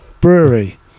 brewery